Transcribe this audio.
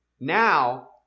Now